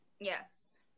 yes